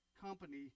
company